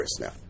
now